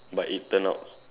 but it turned out